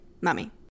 mummy